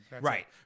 Right